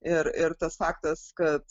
ir ir tas faktas kad